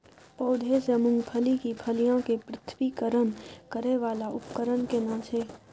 पौधों से मूंगफली की फलियां के पृथक्करण करय वाला उपकरण केना छै?